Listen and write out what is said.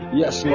yes